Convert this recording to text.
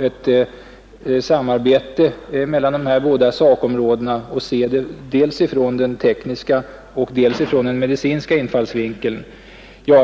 ett samarbete mellan dessa båda sakområden ur ytterligare en synvinkel och se det dels ur den tekniska, dels ur den medicinska infallsvinkeln.